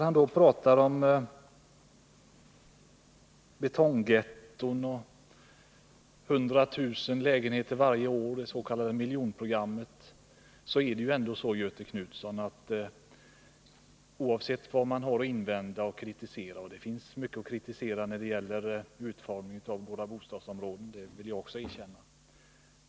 Han pratar om betonggetton och om de 100 000 lägenheterna varje år i det s.k. miljonprogrammet. Det finns mycket att kritisera när det gäller utformningen av våra bostadsområden — det vill jag också erkänna.